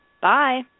Bye